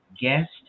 guest